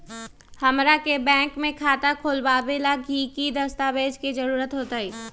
हमरा के बैंक में खाता खोलबाबे ला की की दस्तावेज के जरूरत होतई?